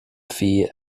phi